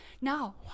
Now